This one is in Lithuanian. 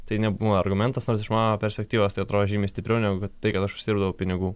tai nebūna argumentas nors iš mano perspektyvos tai atrodo žymiai stipriau negu tai gal aš uždirbdavau pinigų